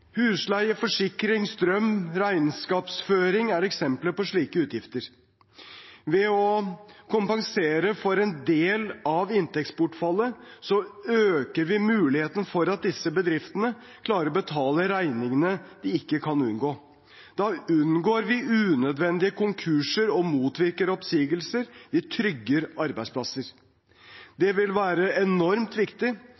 Husleie, forsikring, strøm og regnskapsføring er eksempler på slike utgifter. Ved å kompensere for en del av inntektsbortfallet øker vi muligheten for at disse bedriftene klarer å betale regningene de ikke kan unngå. Da unngår vi unødvendige konkurser, og vi motvirker oppsigelser. Vi trygger arbeidsplasser.